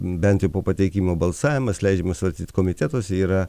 bent jau po pateikimo balsavimas leidžiama svarstyt komitetuose yra